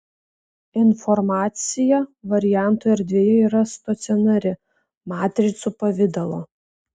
informacija variantų erdvėje yra stacionari matricų pavidalo